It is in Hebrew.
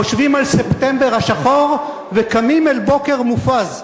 חושבים על "ספטמבר השחור" וקמים אל "בוקר מופז"